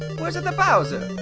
where's the bowser?